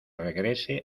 regrese